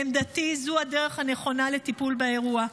לעמדתי, זו הדרך הנכונה לטיפול באירוע.